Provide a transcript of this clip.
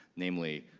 namely,